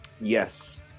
Yes